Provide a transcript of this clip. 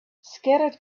scattered